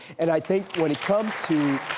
and i think when it comes to.